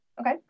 Okay